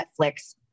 Netflix